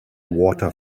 water